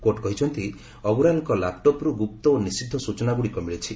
court କହିଛନ୍ତି ଅଗ୍ରୱାଲାଙ୍କ ଲାପ୍ଟପ୍ରୁ ଗୁପ୍ତ ଓ ନିଷିଦ୍ଧ ସୂଚନାଗୁଡ଼ିକ ମିଳିଛି